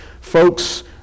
folks